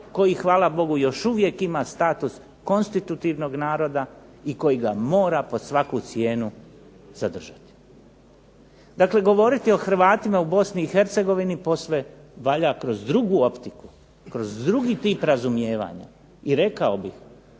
koji hvala Bogu još uvijek ima status konstitutivnog naroda i koji ga mora pod svaku cijenu zadržati. Dakle, govoriti o Hrvatima u Bosni i Hercegovini posve valja kroz drugu optiku, kroz drugi tip razumijevanja i rekao bih